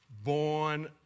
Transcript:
Born